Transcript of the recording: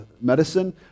medicine